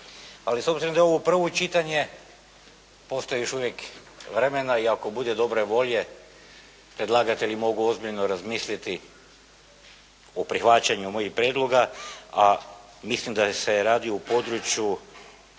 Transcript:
Ali s obzirom da je ovo prvo čitanje, postoji još uvijek vremena i ako bude dobre volje predlagatelji mogu ozbiljno razmisliti o prihvaćanju mojih prijedloga, a mislim da se radi u području